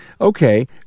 okay